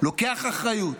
לוקח אחריות,